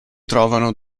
trovano